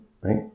right